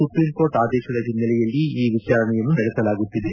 supreme court ಆದೇಶದ ಹಿನ್ನೆಲೆಯಲ್ಲಿ ಈ ವಿಚಾರಣೆಯನ್ನು ನಡೆಸಲಾಗುತ್ತಿದೆ